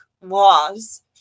laws